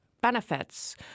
benefits